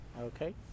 Okay